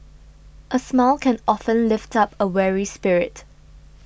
a smile can often lift up a weary spirit